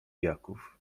jaków